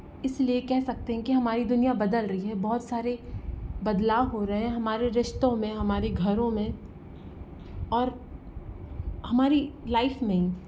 इस लिए कह सकते हैं कि हमारी दुनिया बदल रही हैं बहुत सारे बदलाव हो रहे हैं हमारे रिश्तों में हमारी घरों में और हमारी लाइफ में